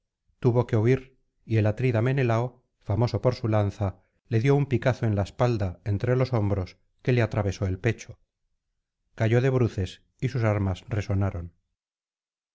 tuvo que huir y el atrida menelao famoso por su lanza le dio un picazo en la espalda entre los hombros que le atravesó el pecho cayó de bruces y sus armas resonaron